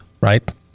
right